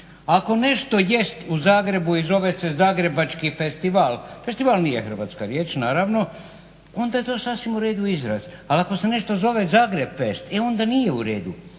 Ako nešto jest u Zagrebu i zove se zagrebački festival, festival nije hrvatska riječ naravno, onda je to sasvim u redu izraz. Ali ako se nešto zove Zagreb fest onda nije u redu,